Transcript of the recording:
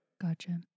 gotcha